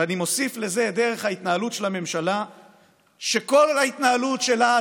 ואני מוסיף לזה את דרך ההתנהלות של הממשלה שכל ההתנהלות שלה,